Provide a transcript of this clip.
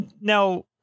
now